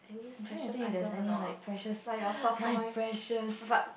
I'm trying to think if there's any like precious my precious